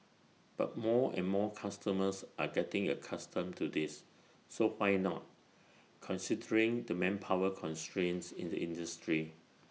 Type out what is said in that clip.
but more and more customers are getting accustomed to this so why not considering the manpower constraints in the industry